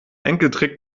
enkeltrick